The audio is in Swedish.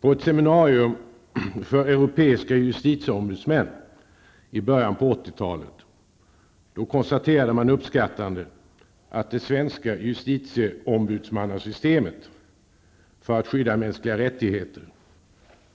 På ett seminarium för europeiska justitieombudsmän i början på 80-talet konstaterades uppskattande att det svenska justitieombudsmannasystemet för att skydda mänskliga rättigheter